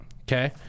Okay